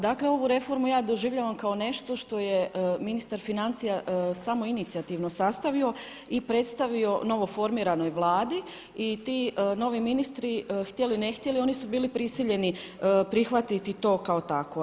Dakle ovu reformu ja doživljavam kao nešto što je ministar financija samoinicijativno sastavio i predstavio novoformiranoj Vladi i ti novi ministri, htjeli ne htjeli oni su bili prisiljeni prihvatiti to kao takvo.